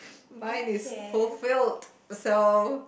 mine is fulfilled so